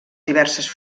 diverses